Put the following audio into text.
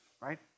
right